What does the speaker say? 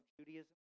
Judaism